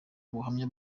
ubuhamya